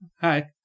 Hi